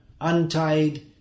untied